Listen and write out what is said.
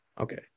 Okay